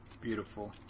Beautiful